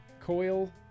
coil